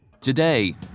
today